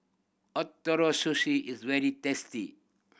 Ootoro Sushi is very tasty